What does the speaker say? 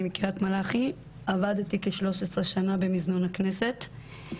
אני מקרית מלאכי ואני עבדתי כ-13 שנים במזנון הכנסת,